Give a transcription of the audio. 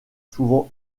souvent